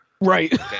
Right